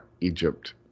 Egypt